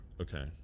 Okay